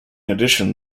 addition